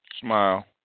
smile